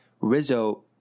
Rizzo